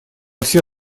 все